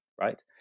right